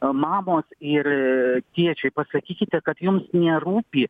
mamos ir tėčiai pasakykite kad jums nerūpi